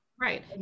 right